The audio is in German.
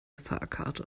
fahrkarte